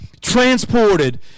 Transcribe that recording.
transported